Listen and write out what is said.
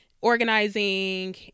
organizing